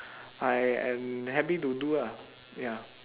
I am happy to do lah ya